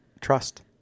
trust